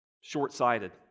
short-sighted